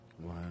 Wow